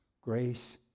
grace